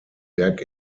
werk